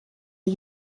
the